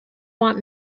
want